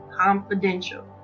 confidential